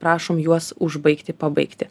prašom juos užbaigti pabaigti